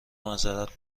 معذرت